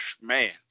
man